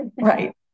Right